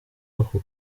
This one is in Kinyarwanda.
ako